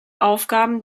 aufgaben